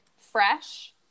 fresh